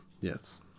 Yes